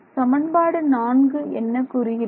சமன்பாடு 4 என்ன கூறுகிறது